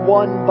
one